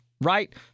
right